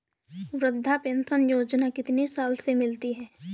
वृद्धा पेंशन योजना कितनी साल से मिलती है?